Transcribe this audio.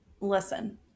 listen